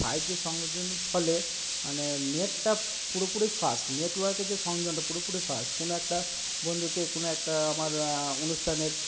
five G সংযোজনের ফলে মানে নেটটা পুরোপুরি ফাস্ট নেটওয়ার্কের যে সংযোজনটা পুরোপুরি ফাস্ট কোনো একটা বন্ধুকে কোনো একটা আমার অনুষ্ঠানের